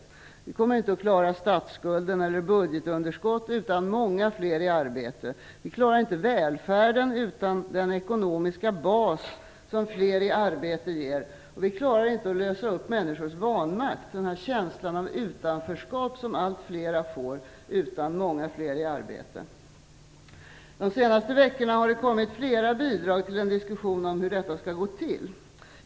Vi kommer inte att klara statsskulden eller budgetunderskottet utan många fler i arbete, vi klarar inte välfärden utan den ekonomiska bas som fler i arbete ger, och vi klarar inte att lösa upp människors vanmakt, den känsla av utanförskap som allt fler får, utan många fler i arbete. De senaste veckorna har det kommit flera bidrag till en diskussion om hur detta skall gå till.